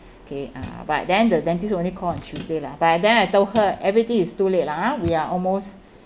okay uh but then the dentist only call on tuesday lah by then I told her everything is too late lah ah we're almost